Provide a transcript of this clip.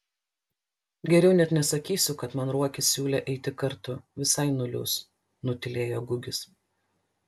geriau net nesakysiu kad man ruokis siūlė eiti kartu visai nuliūs nutylėjo gugis